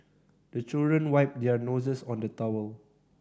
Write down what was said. the children wipe their noses on the towel